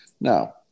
Now